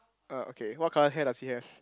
uh okay what colour hair does he have